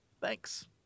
thanks